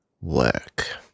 work